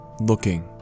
looking